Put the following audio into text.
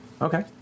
Okay